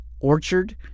orchard